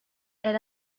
elle